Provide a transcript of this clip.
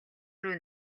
рүү